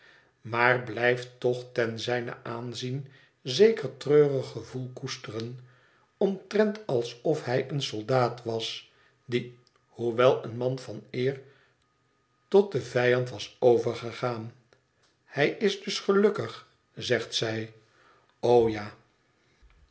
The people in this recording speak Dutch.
maar blijft toch ten zijnen aanzien zeker treurig gevoel koesteren omtrent alsof hij een soldaat was die hoewel een man van eer tot den vijand was overgegaan hij is dus gelukkig zegt zij o ja